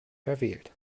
verwählt